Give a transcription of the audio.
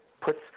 puts